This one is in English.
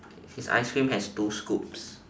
his ice cream has two scoops